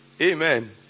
Amen